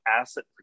asset